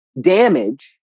damage